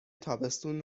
تابستون